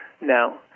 No